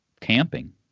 camping